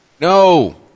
no